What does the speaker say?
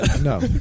No